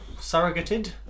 surrogated